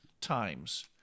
times